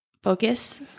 Focus